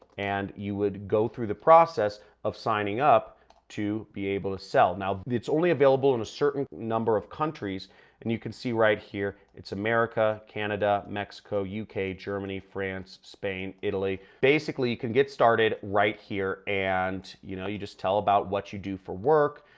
and you would go through the process of signing up to be able to sell. now, it's only available in a certain number of countries and you can see right here. it's america, canada, mexico, uk, germany, france, spain, italy. basically you can get started right here and you know, you just tell about what you do for work,